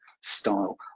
style